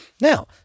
Now